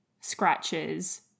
scratches